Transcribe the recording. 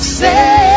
say